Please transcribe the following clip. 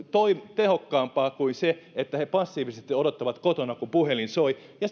tehokkaampaa kuin se että he passiivisesti odottavat kotona kun puhelin soi ja